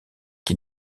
qui